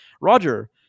Roger